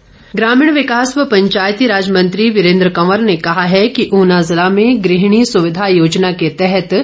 वीरेंद्र कंवर ग्रामीण विकास व पंचायतीराज मंत्री वीरेंद्र कंवर ने कहा है कि ऊना जिला में गृहणी सुविधा योजना के तहत